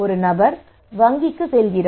ஒரு நபர் வங்கிக்குச் செல்கிறார்